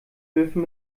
dürfen